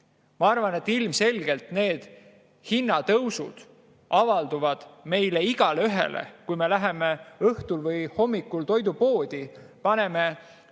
Ma arvan, et ilmselgelt need hinnatõusud avaldavad [mõju] meile kõigile. Kui me läheme õhtul või hommikul toidupoodi, paneme